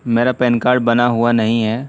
میرا PAN card بنا ہوا نہیں ہیں